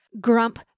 grump